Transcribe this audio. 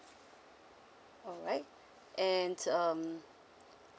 alright and um